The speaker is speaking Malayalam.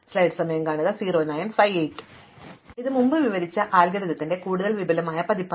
അതിനാൽ ഇത് മുമ്പ് വിവരിച്ച അൽഗോരിത്തിന്റെ കൂടുതൽ വിപുലമായ പതിപ്പാണ്